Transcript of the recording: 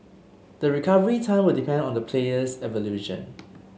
the recovery time will depend on the player's evolution